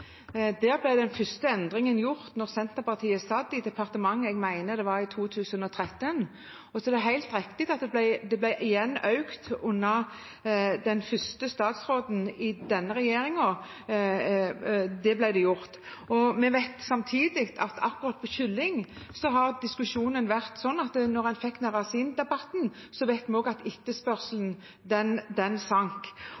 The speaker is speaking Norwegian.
den første endringen gjort da Senterpartiet satt i departementet – jeg mener det var i 2013. Så er det helt riktig at det igjen ble økt under den første statsråden i denne regjeringen – det ble gjort. Vi vet samtidig at akkurat når det gjelder kylling, har det vært sånn at da en fikk narasindebatten, sank etterspørselen. Det er hovedsakelig fallet i kyllingproduksjonen som vi